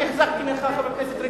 חבר הכנסת נחמן שי,